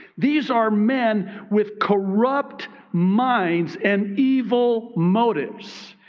these are men with corrupt minds and evil motives,